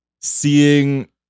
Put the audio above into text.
seeing